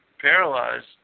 paralyzed